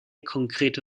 konkrete